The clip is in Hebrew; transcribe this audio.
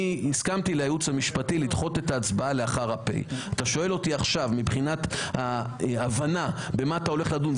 לא נצביע עליהן היום.